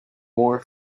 more